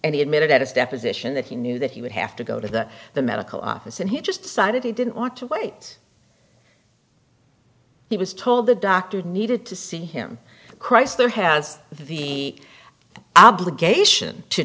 and he admitted at his deposition that he knew that he would have to go to the medical office and he just decided he didn't want to wait he was told the doctor needed to see him chrysler has the obligation to